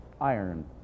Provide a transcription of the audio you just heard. iron